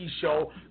Show